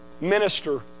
minister